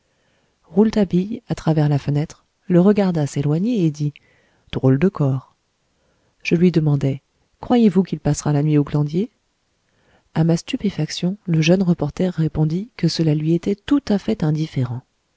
rouletabille à travers la fenêtre le regarda s'éloigner et dit drôle de corps je lui demandai croyez-vous qu'il passera la nuit au glandier à ma stupéfaction le jeune reporter répondit que cela lui était tout à fait indifférent